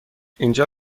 اینجا